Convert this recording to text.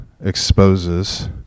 exposes